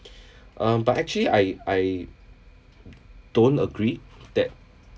um but actually I I don't agree that